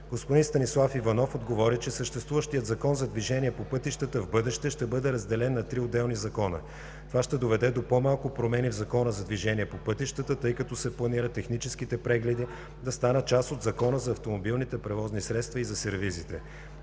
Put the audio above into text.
Господин Станислав Иванов отговори, че съществуващият Закон за движението по пътищата в бъдеще ще бъде разделен на три отделни закона. Това ще доведе до по-малко промени в Закона за движение по пътищата, тъй като се планира техническите прегледи да станат част от Закона за автомобилните превозни средства и за сервизите.